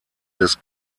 des